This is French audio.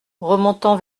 remontant